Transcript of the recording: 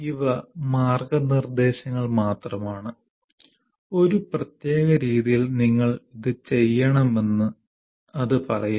ഇവ മാർഗ്ഗനിർദ്ദേശങ്ങൾ മാത്രമാണ് ഒരു പ്രത്യേക രീതിയിൽ നിങ്ങൾ ഇത് ചെയ്യണമെന്ന് അത് പറയില്ല